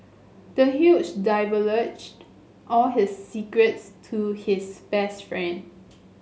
the huge divulged all his secrets to his best friend